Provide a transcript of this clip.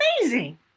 amazing